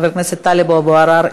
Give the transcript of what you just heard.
חבר הכנסת טלב אבו עראר,